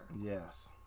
Yes